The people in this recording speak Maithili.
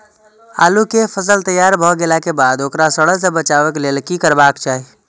आलू केय फसल तैयार भ गेला के बाद ओकरा सड़य सं बचावय लेल की करबाक चाहि?